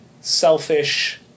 selfish